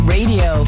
Radio